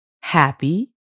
happy